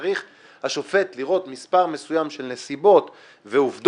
צריך השופט לראות מספר מסוים של נסיבות ועובדות